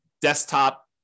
desktop